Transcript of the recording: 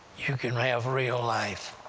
you can have real life.